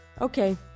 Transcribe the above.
Okay